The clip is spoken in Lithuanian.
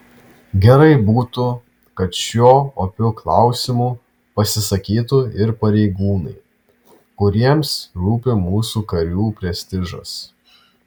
gerai būtų kad šiuo opiu klausimu pasisakytų ir pareigūnai kuriems rūpi mūsų karių prestižas